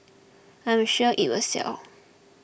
I'm sure it will sell